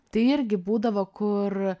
tai irgi būdavo kur